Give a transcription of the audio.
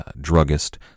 druggist